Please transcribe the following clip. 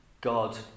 god